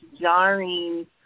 jarring